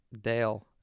Dale